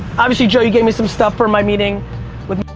obviously, joey gave me some stuff for my meeting with